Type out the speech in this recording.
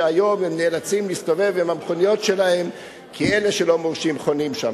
שהיום הם נאלצים להסתובב עם המכוניות שלהם כי אלה שלא מורשים חונים שם.